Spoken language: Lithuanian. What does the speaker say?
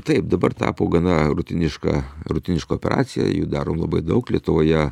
taip dabar tapo gana rutiniška rutiniška operacija jų darom labai daug lietuvoje